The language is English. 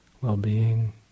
well-being